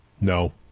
No